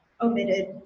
omitted